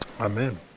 Amen